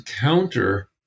counter